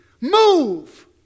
move